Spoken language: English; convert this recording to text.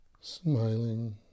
Smiling